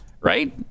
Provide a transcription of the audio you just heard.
right